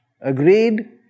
Agreed